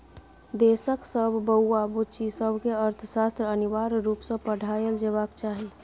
देशक सब बौआ बुच्ची सबकेँ अर्थशास्त्र अनिवार्य रुप सँ पढ़ाएल जेबाक चाही